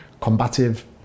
combative